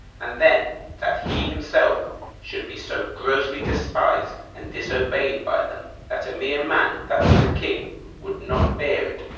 and then that he himself should be so grossly despised and disobeyed by them, that a mere man that was a king would not bear it.